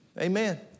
Amen